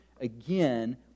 again